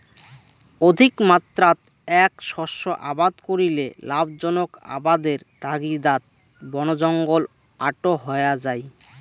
অধিকমাত্রাত এ্যাক শস্য আবাদ করিলে লাভজনক আবাদের তাগিদাত বনজঙ্গল আটো হয়া যাই